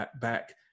back